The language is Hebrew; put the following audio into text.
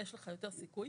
יש לך יותר סיכוי.